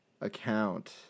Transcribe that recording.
account